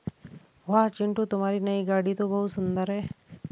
वाह चिंटू तुम्हारी नई गाड़ी तो बहुत सुंदर है